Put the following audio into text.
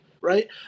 Right